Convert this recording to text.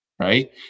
right